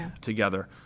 together